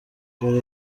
dore